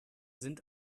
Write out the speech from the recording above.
sind